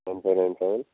nine five nine five